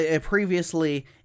previously